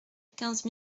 quinze